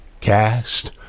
cast